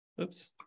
Oops